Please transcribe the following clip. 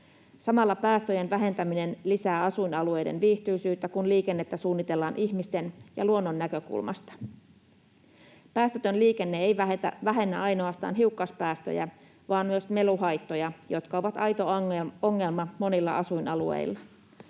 Samalla päästöjen vähentäminen lisää asuinalueiden viihtyisyyttä, kun liikennettä suunnitellaan ihmisten ja luonnon näkökulmasta. Päästötön liikenne ei vähennä ainoastaan hiukkaspäästöjä vaan myös meluhaittoja, jotka ovat aito ongelma monilla asuinalueilla.